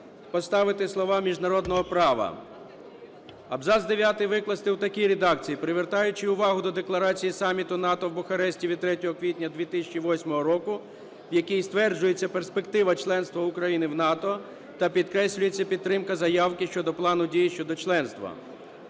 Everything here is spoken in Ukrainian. поставити слова "міжнародного права". Абзац 9 викласти в такій редакції: "Привертаючи увагу до декларації Саміту НАТО в Бухаресті від 3 квітня 2008 року, в якій стверджується перспектива членства України в НАТО та підкреслюється підтримка заявки щодо Плану дій щодо членства".